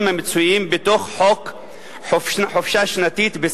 המצויים בסעיף 5 בחוק חופשה שנתית,